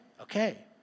okay